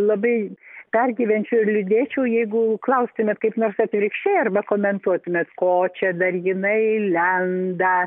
labai pergyvenčiau ir liūdėčiau jeigu klaustumėt kaip nors atvirkščiai arba komentuotumėt ko čia dar jinai lenda